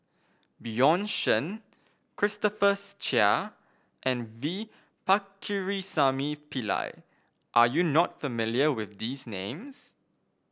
Bjorn Shen Christopher Chia and V Pakirisamy Pillai are you not familiar with these names